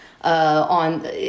on